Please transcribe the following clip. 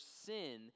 sin